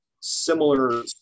similar